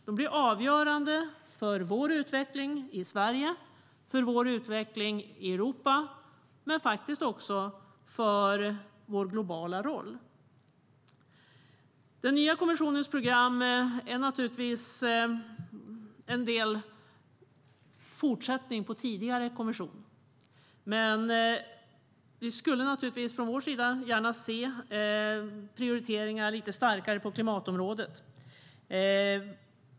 De blir avgörande för vår utveckling i Sverige, för vår utveckling i Europa men också för vår globala roll. Den nya kommissionens program är en fortsättning från tidigare kommission. Men vi skulle från vår sida gärna se lite starkare prioriteringar på klimatområdet.